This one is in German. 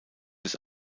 des